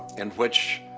in which